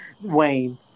Wayne